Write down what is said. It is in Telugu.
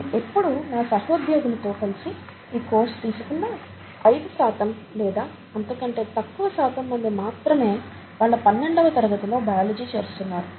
నేను ఎప్పుడు న సహోద్యోగులతో కలిసి ఈ కోర్స్ తీసుకున్నా అయిదు శాతం లేదా అంతకంటే తక్కువ శాతం మంది మాత్రమే వాళ్ళ పన్నెండవ తరగతిలో బయాలజీ చేస్తున్నారు